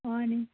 হয়নে